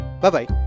Bye-bye